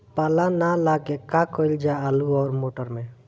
पाला न लागे का कयिल जा आलू औरी मटर मैं?